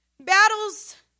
Battles